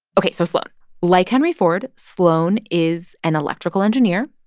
ok, so sloan like henry ford, sloan is an electrical engineer.